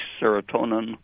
serotonin